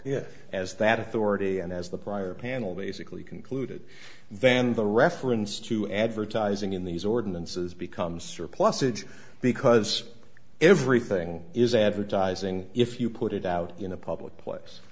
it as that authority and as the prior panel basically concluded van the reference to advertising in these ordinances become surplusage because everything is advertising if you put it out in a public place